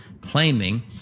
claiming